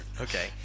Okay